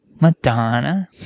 Madonna